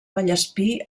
vallespir